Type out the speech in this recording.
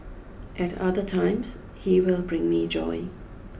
at other times he will bring me joy